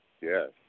Yes